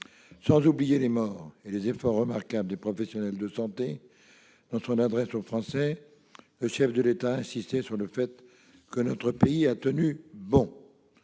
Sans oublier les morts et les efforts remarquables des professionnels de santé, dans son adresse aux Français, le chef de l'État a insisté sur le fait que notre pays a tenu bon.